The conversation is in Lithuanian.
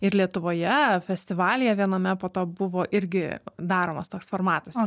ir lietuvoje festivalyje viename po to buvo irgi daromas toks formatas